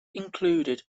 included